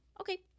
Okay